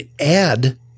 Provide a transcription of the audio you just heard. add